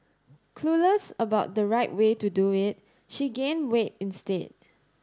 clueless about the right way to do it she gained weight instead